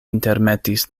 intermetis